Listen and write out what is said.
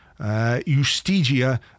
Eustigia